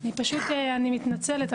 אני מתנצלת,